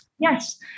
Yes